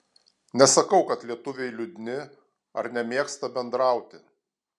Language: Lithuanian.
nesakau kad lietuviai liūdni ar nemėgsta bendrauti